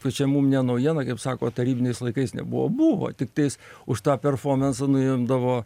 tai čia mum ne naujiena kaip sako tarybiniais laikais nebuvo buvo tiktais už tą performansą nuimdavo